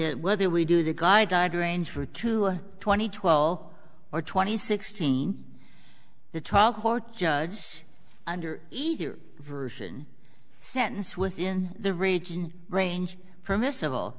that whether we do the guy died range for two thousand and twelve or twenty sixteen the trial court judge under either version sentence within the region range permissible